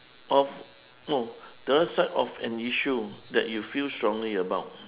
of no the other side of an issue that you feel strongly about